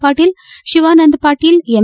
Patil Shivanand Patil M